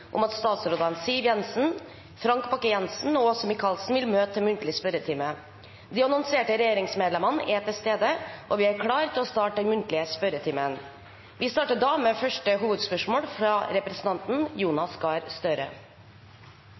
om at statsrådene Siv Jensen, Frank Bakke-Jensen og Åse Michaelsen vil møte til muntlig spørretime. De annonserte regjeringsmedlemmer er til stede, og vi er klare til å starte den muntlige spørretimen. Vi starter da med første hovedspørsmål, fra representanten Jonas Gahr Støre.